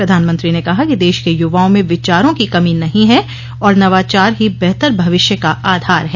प्रधानमंत्री ने कहा कि देश के युवाओं में विचारों की कमी नहीं है और नवाचार ही बेहतर भविष्य का आधार है